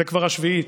זו כבר השביעית.